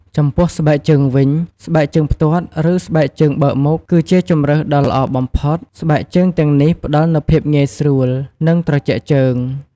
ចំពោះស្បែកជើងវិញ ស្បែកជើងផ្ទាត់ ឬ ស្បែកជើងបើកមុខ គឺជាជម្រើសដ៏ល្អបំផុត។ ស្បែកជើងទាំងនេះផ្ដល់នូវភាពងាយស្រួល និងត្រជាក់ជើង។